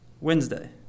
Wednesday